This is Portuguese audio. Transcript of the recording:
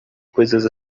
coisas